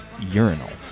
urinals